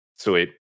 Sweet